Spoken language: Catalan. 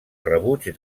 rebuig